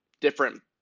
different